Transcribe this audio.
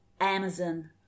Amazon